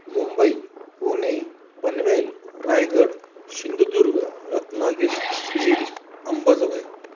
Mumbai Pune Panvel Raigad Sindhudurg Ratnagiri Beed Ambejogai